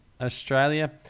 Australia